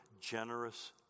generous